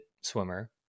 swimmer